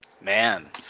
Man